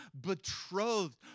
betrothed